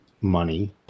money